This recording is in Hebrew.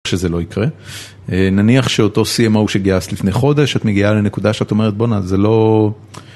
שזה לא יקרה, נניח שאותו CMO שגייסת לפני חודש, את מגיעה לנקודה שאת אומרת בואנה, זה לא...